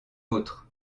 autres